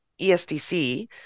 ESDC